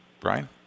Brian